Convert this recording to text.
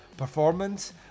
performance